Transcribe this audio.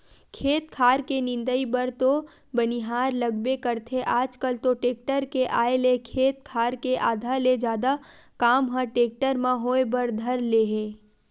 खेत खार के निंदई बर तो बनिहार लगबे करथे आजकल तो टेक्टर के आय ले खेत खार के आधा ले जादा काम ह टेक्टर म होय बर धर ले हे